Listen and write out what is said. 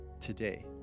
today